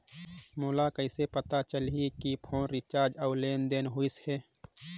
मोला कइसे पता चलही की फोन रिचार्ज और लेनदेन होइस हे?